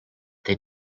they